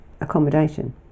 accommodation